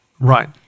Right